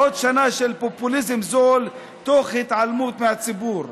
עוד שנה של פופוליזם זול תוך התעלמות מהציבור.